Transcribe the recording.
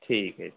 ठीक ऐ